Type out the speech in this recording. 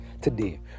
today